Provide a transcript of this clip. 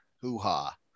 hoo-ha